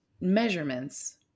measurements